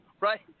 Right